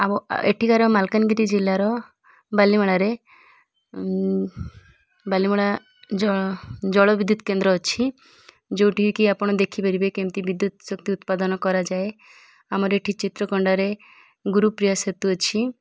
ଆଉ ଏଠିକାର ମାଲକାନଗିରି ଜିଲ୍ଲାର ବାଲିମଳାରେ ବାଲିମଳା ଜଳ ବିଦ୍ୟୁତ କେନ୍ଦ୍ର ଅଛି ଯେଉଁଠି କିି ଆପଣ ଦେଖିପାରିବେ କେମିତି ବିଦ୍ୟୁତ ଶକ୍ତି ଉତ୍ପାଦନ କରାଯାଏ ଆମର ଏଠି ଚିତ୍ରକୋଣ୍ଡାରେ ଗୁରୁପ୍ରିୟା ସେତୁ ଅଛି